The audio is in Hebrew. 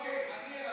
אני אלעזר,